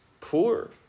poor